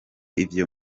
iyo